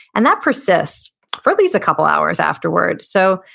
and that persists for at least a couple hours afterward. so,